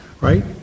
right